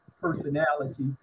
personality